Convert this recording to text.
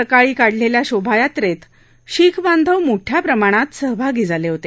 सकाळी काढलेल्या शोभायात्रेत शीख बांधव मोठ्या प्रमाणावर सहभागी झाले होते